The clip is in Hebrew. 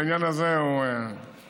בעניין הזה הוא קידם.